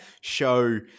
show